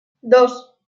dos